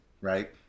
right